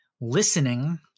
listening